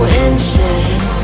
insane